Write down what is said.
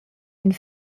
ein